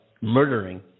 murdering